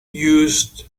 used